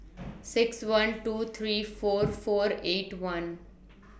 six one two three four four eight one